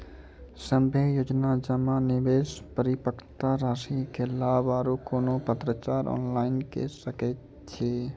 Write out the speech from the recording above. सभे योजना जमा, निवेश, परिपक्वता रासि के लाभ आर कुनू पत्राचार ऑनलाइन के सकैत छी?